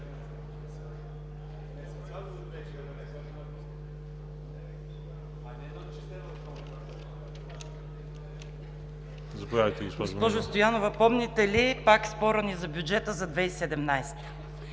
Стоянова, помните ли пак спора ни за бюджета за 2017